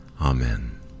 Amen